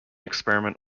experiment